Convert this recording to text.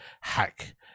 hack